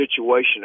situation